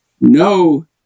no